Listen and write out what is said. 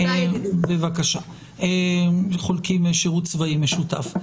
אנחנו חולקים שירות צבאי משותף.